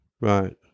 Right